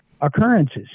occurrences